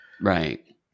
right